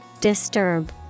Disturb